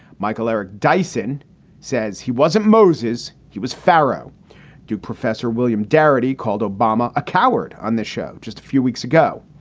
michael eric dyson says he wasn't moses. he was pharaoh to professor. william darity called obama a coward on this show just a few weeks ago.